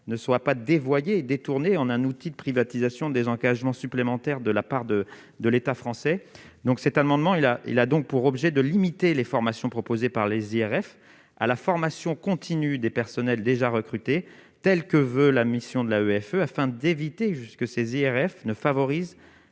ne soit pas dévoyé et détourné en un outil de privatisation des engagements supplémentaires de la part de de l'État français, donc, cet amendement, il a, il a donc pour objet de limiter les formations proposées par les IRF à la formation continue des personnels déjà recruté tels que veut la mission de la EFE afin d'éviter jusque IRF ne favorise